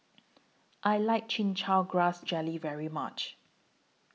I like Chin Chow Grass Jelly very much